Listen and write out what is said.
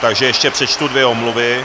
Takže ještě přečtu dvě omluvy.